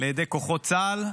לידי כוחות צה"ל,